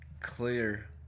clear